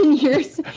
years?